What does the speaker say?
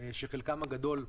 שחלקם הגדול בחל"ת,